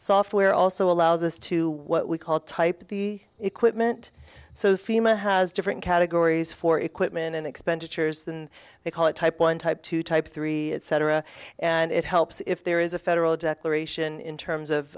software also allows us to what we call type the equipment so fema has different categories for equipment and expenditures than they call it type one type two type three etc and it helps if there is a federal declaration in terms of